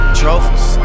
trophies